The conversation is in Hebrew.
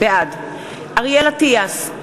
בעד אריאל אטיאס,